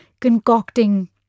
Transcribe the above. concocting